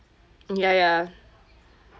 um ya ya